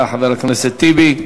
טיבי.